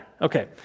Okay